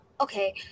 okay